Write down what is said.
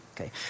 okay